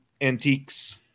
antiques